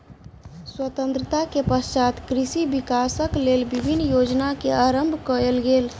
स्वतंत्रता के पश्चात कृषि विकासक लेल विभिन्न योजना के आरम्भ कयल गेल